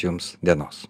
jums dienos